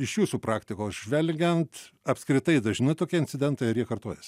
iš jūsų praktikos žvelgiant apskritai dažni tokie incidentai ar jie kartojas